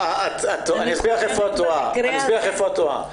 אני אסביר לך איפה את טועה.